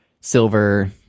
silver